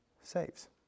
saves